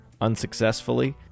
unsuccessfully